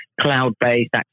cloud-based